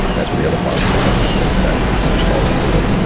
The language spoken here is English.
that's for the other boxes come into play. the fact that it was charles fuller,